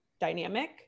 dynamic